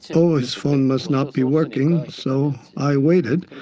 so his phone must not be working, so i waited.